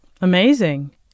Amazing